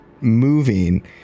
moving